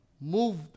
moved